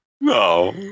No